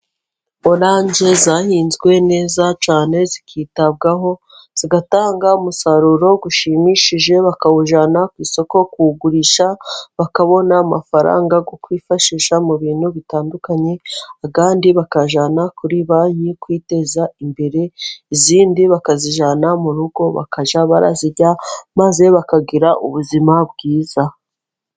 Oranje zahinzwe neza cyane zikitabwaho zigatanga umusaruro ushimishije, bakawujyana ku isoko kuwugurisha bakabona amafaranga yo kwifashisha mu bintu bitandukanye, ayandi bakajyana kuri banki kwiteza imbere, izindi bakazijyana mu rugo bakajya bazirya maze bakagira ubuzima bwiza.